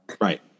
Right